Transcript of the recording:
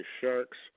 Sharks